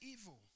evil